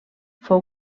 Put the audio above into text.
fou